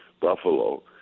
buffalo